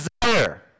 desire